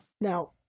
Now